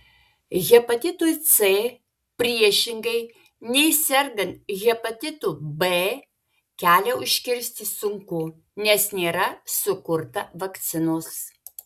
hepatitui c priešingai nei sergant hepatitu b kelią užkirsti sunku nes nėra sukurta vakcinos